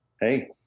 Hey